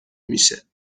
میشه